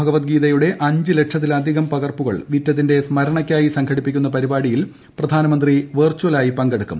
ഭഗവദ്ഗീതയുടെ അഞ്ച് ലക്ഷത്തിലധികം പകർപ്പുകൾ വിറ്റതിന്റെ സ്മരണയ്ക്കായി സംഘടിപ്പിക്കുന്ന പരിപാടിയിൽ പ്രധാനമന്ത്രി വെർചലായി പങ്കെടുക്കും